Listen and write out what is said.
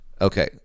Okay